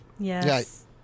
Yes